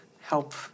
help